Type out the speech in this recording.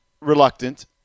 reluctant